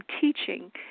teaching